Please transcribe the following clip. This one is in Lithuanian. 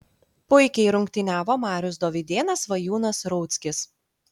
puikiai rungtyniavo marius dovydėnas svajūnas rauckis